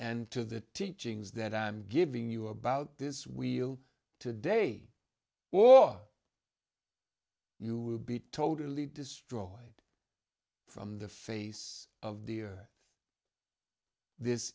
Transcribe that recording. and to the teachings that i'm giving you about this we'll today or you would be totally destroyed from the face of the earth this